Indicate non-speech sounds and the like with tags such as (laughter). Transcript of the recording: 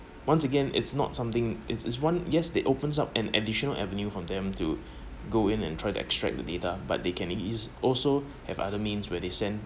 once again it's not something is is one yes they opens up an additional avenue for them to (breath) go in and try to extract the data but they can eas~ also have other means where they send